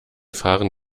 fahren